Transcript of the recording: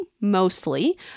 mostly